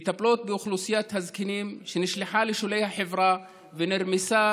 מטפלות באוכלוסיית הזקנים שנשלחה לשולי החברה ונרמסה